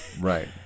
Right